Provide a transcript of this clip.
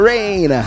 Rain